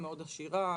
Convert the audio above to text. מאוד עשירה,